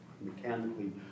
mechanically